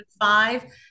five